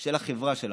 של החברה שלנו.